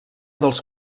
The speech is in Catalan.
dels